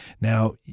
Now